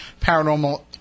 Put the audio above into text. paranormal